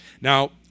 Now